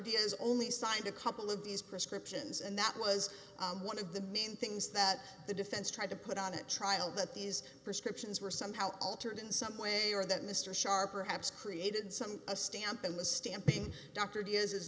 dia's only signed a couple of these prescriptions and that was one of the main things that the defense tried to put on a trial that these prescriptions were somehow altered in some way or that mr sharp perhaps created some a stamp and was stamping doctored is his